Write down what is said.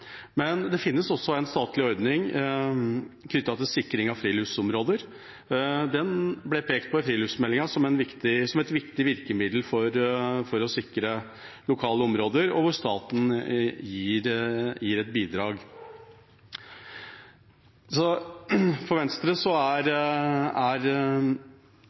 Men det finnes også en statlig ordning knyttet til sikring av friluftsområder. Den ble pekt på i friluftsmeldingen som et viktig virkemiddel for å sikre lokale områder, og hvor altså staten gir et bidrag. For Venstre er